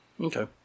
Okay